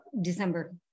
december